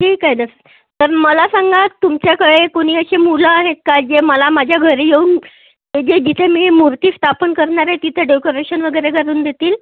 ठीक आहे दस तर मला सांगा तुमच्याकडे कुणी अशी मुलं आहेत का जे मला माझ्या घरी येऊन ते जे जिथे मी मूर्ती स्थापन करणार आहे तिथे डेकोरेशन वगैरे करून देतील